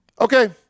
Okay